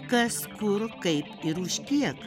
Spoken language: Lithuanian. kas kur kaip ir už kiek